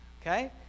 Okay